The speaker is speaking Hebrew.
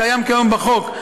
הקיים כיום בחוק,